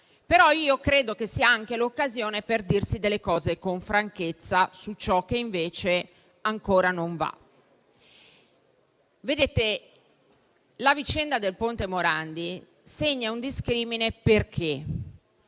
però, che sia anche l'occasione per dirsi delle cose con franchezza su ciò che, invece, ancora non va. La vicenda del Ponte Morandi segna un discrimine, perché